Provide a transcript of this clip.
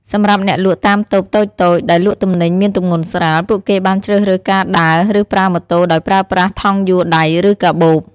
សម្រាប់អ្នកលក់តាមតូបតូចៗដែលលក់ទំនិញមានទម្ងន់ស្រាល ពួកគេបានជ្រើសរើសការដើរ ឬប្រើម៉ូតូដោយប្រើប្រាស់ថង់យួរដៃឬកាបូប។